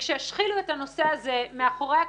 וכשהשחילו את הנושא הזה מאחורי הקלעים,